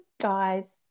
guys